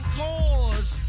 cause